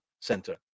center